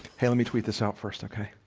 hey, let me tweet this out first, okay